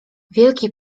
wielki